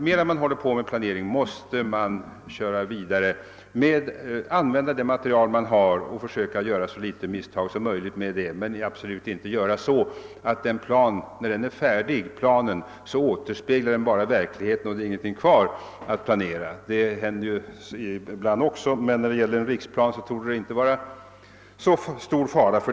Medan man håller på med planering måste man naturligtvis använda det material man har och försöka göra så få misstag som möjligt. Men det får absolut inte bli så att när planen är färdig återspeglar den bara verkligheten och det finns ingenting kvar att planera. Sådant händer ibland, men när det gäller en riksplan torde faran för det inte vara så stor.